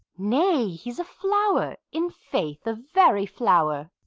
nay, he's a flower, in faith, a very flower.